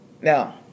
Now